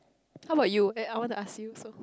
how about you eh I want to ask you also